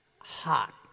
hot